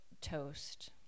toast